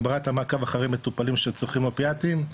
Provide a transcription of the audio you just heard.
הגברת המעקב אחרי מטופלים שצורכים אופיאטים,